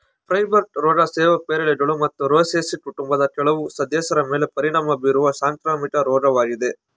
fire blight ರೋಗ ಸೇಬು ಪೇರಳೆಗಳು ಮತ್ತು ರೋಸೇಸಿ ಕುಟುಂಬದ ಕೆಲವು ಸದಸ್ಯರ ಮೇಲೆ ಪರಿಣಾಮ ಬೀರುವ ಸಾಂಕ್ರಾಮಿಕ ರೋಗವಾಗಿದೆ